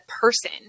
person